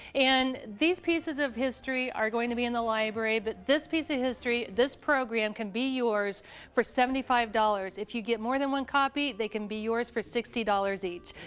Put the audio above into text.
and these pieces of history are going to be in the library. but this piece of history, this program, can be yours for seventy five dollars. if you get more than one copy, they can be yours for sixty dollars each.